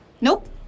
Nope